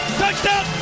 touchdown